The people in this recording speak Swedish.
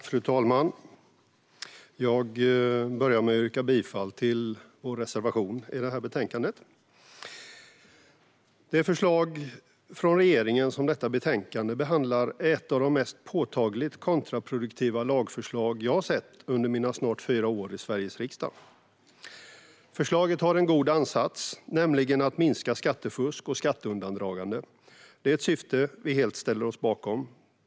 Fru talman! Jag börjar med att yrka bifall till vår reservation i betänkandet. Skattetillägg vid rättelse på eget initiativ Det förslag från regeringen som detta betänkande behandlar är ett av de mest påtagligt kontraproduktiva lagförslag jag har sett under mina snart fyra år i Sveriges riksdag. Förslaget har en god ansats, nämligen att minska skattefusk och skatteundandragande. Det är ett syfte vi helt ställer oss bakom.